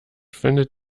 findet